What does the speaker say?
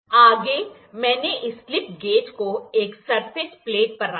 आगे मैंने इस स्लिप गेज को एक सरफेस प्लेट पर रखा है